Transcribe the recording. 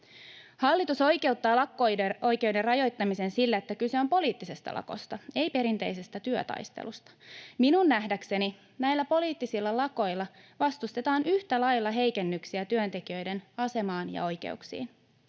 Hallitus oikeuttaa lakko-oikeuden rajoittamisen sillä, että kyse on poliittisesta lakosta, ei perinteisestä työtaistelusta. Minun nähdäkseni näillä poliittisilla lakoilla vastustetaan yhtä lailla heikennyksiä työntekijöiden asemaan ja oikeuksiin.